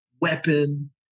weapon